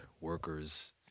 workers